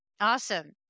Awesome